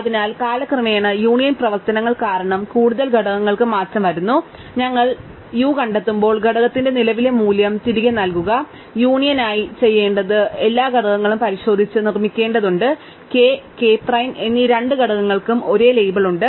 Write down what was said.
അതിനാൽ കാലക്രമേണ യൂണിയൻ പ്രവർത്തനങ്ങൾ കാരണം കൂടുതൽ ഘടകങ്ങൾക്ക് മാറ്റം വരുന്നു അതിനാൽ ഞങ്ങൾ u കണ്ടെത്തുമ്പോൾ ഘടകത്തിന്റെ നിലവിലെ മൂല്യം തിരികെ നൽകുക യൂണിയനായി ഞങ്ങൾ ചെയ്യേണ്ടത് ഞങ്ങൾ എല്ലാ ഘടകങ്ങളും പരിശോധിച്ച് നിർമ്മിക്കേണ്ടതുണ്ട് k k പ്രൈം എന്നീ രണ്ട് ഘടകങ്ങൾക്കും ഒരേ ലേബൽ ഉണ്ട്